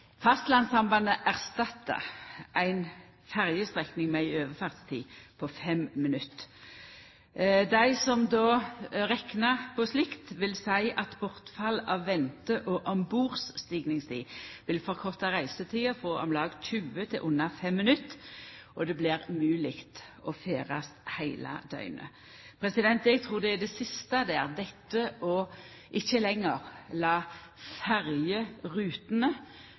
Fastlandssambandet erstattar ei ferjestrekning med ei overfartstid på 5 minutt. Dei som reknar på slikt, vil seia at bortfall av vente- og ombordstigningstid vil forkorta reisetida frå om lag 20 minutt til under 5 minutt, og det blir mogleg å ferdast heile døgnet. Eg trur det er det siste, det ikkje lenger å